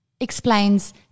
explains